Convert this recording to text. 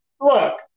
look